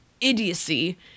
idiocy